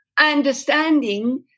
understanding